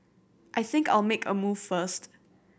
I think I'll make a move first